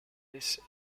this